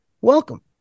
welcome